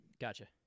Gotcha